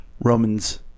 romans